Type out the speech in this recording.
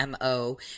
MO